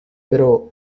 pero